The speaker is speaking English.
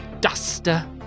duster